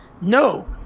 no